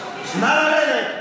לרדת.